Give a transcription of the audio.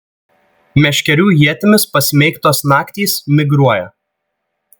meškerių ietimis pasmeigtos naktys migruoja